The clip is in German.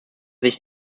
sich